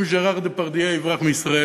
אם ז'ראר דפרדיה יברח מישראל,